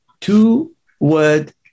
two-word